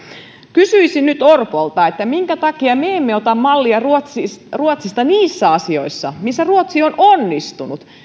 kysyisin nyt orpolta minkä takia me emme ota mallia ruotsista niissä asioissa missä ruotsi on onnistunut